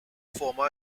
former